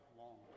long